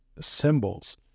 symbols